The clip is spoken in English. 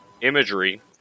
imagery